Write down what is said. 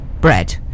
bread